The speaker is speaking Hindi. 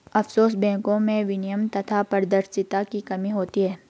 आफशोर बैंको में विनियमन तथा पारदर्शिता की कमी होती है